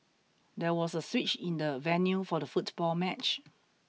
there was a switch in the venue for the football match